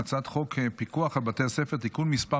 הצעת חוק פיקוח על בתי ספר (תיקון מס'